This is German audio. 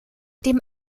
dem